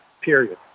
period